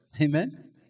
Amen